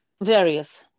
Various